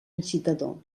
licitador